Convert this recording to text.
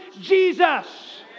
Jesus